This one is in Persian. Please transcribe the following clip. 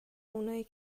اونایی